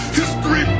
History